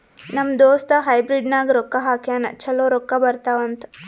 ನಮ್ ದೋಸ್ತ ಹೈಬ್ರಿಡ್ ನಾಗ್ ರೊಕ್ಕಾ ಹಾಕ್ಯಾನ್ ಛಲೋ ರೊಕ್ಕಾ ಬರ್ತಾವ್ ಅಂತ್